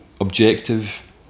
objective